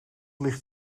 ligt